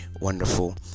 wonderful